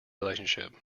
relationship